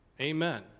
Amen